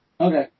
Okay